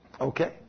Okay